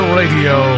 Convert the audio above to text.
radio